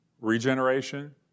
Regeneration